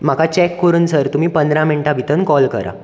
म्हाका चॅक करून सर तुमी पंदरा मिनटां भितर कॉल करात